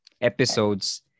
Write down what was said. episodes